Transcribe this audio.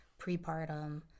prepartum